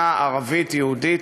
ערבית-יהודית,